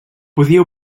podia